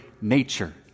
nature